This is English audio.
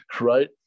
right